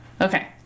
Okay